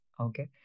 Okay